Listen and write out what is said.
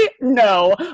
no